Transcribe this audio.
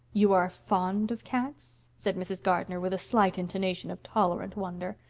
you are fond of cats? said mrs. gardner, with a slight intonation of tolerant wonder.